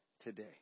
today